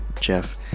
Jeff